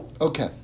Okay